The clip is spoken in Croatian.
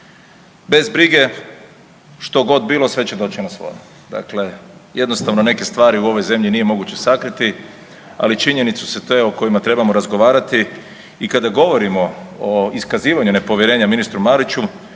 Bez brige što god bilo sve će doći na svoje. Dakle, jednostavno neke stvari u ovoj zemlji nije moguće sakriti ali činjenicu su te o kojima treba razgovarati i kada govorimo o iskazivanju nepovjerenja ministru Mariću